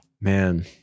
man